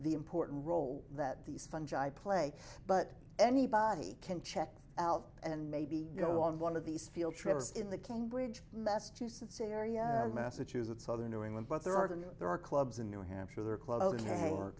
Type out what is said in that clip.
the important role that these fungi play but anybody can check out and maybe go on one of these field trips in the cambridge massachusetts area massachusetts southern new england but there are there are clubs in new hampshire their cl